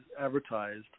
advertised